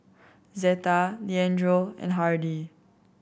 Zeta Leandro and Hardy